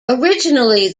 originally